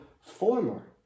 former